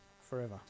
forever